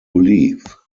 leave